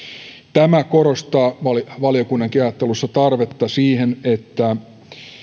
tämä korostaa valiokunnankin ajattelussa tarvetta siihen että